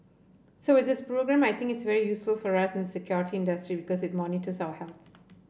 so with this programme I think it's very useful for us in the security industry because it monitors our health